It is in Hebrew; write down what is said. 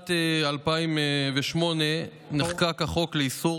בשנת 2008 נחקק החוק לאיסור